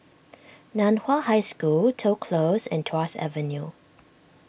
Nan Hua High School Toh Close and Tuas Avenue